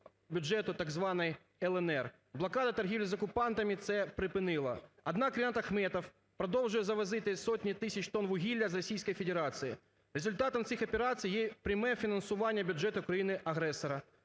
бюджету так званої "ЛНР". Блокада торгівлі з окупантами це припинила. Однак, Ренат Ахметов продовжує завозити сотні тисяч тонн вугілля з Російської Федерації. Результатом цих операцій є пряме фінансування бюджету країни-агресора.